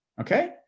okay